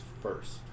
first